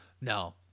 no